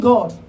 God